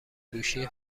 گوشی